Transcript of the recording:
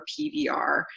PVR